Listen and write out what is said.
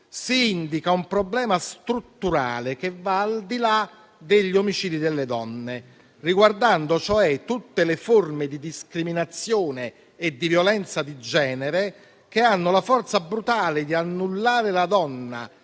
si indica un problema strutturale che va al di là degli omicidi delle donne, riguardando, cioè, tutte le forme di discriminazione e di violenza di genere che hanno la forza brutale di annullare la donna